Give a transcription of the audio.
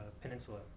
peninsula